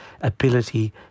ability